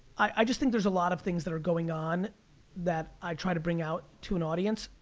i just think there's a lot of things that are going on that i try to bring out to an audience.